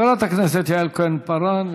חברת הכנסת יעל כהן-פארן,